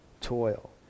toil